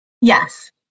Yes